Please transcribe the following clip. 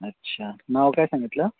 अच्छा नाव काय सांगितलं